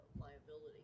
liability